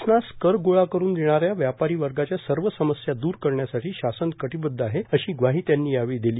शासनास कर गोळा करून देणाऱ्या व्यापारी वर्गाच्या सर्व समस्या दूर करण्यासाठी शासन कटिबद्ध आहेत अशी ग्वाही त्यांनी दिली